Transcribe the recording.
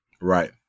Right